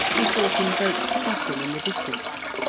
he saw some boats crossing in the distance.